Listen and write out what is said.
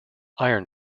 iron